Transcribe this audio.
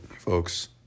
folks